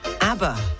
ABBA